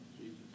Jesus